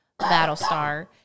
Battlestar